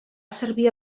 servir